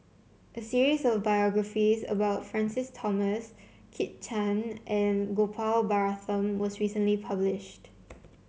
a series of biographies about Francis Thomas Kit Chan and Gopal Baratham was recently published